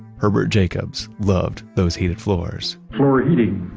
herbert jacobs loved those heated floors floor heating,